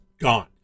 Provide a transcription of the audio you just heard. gone